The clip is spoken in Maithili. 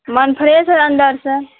मन फ्रेश है अन्दरसँ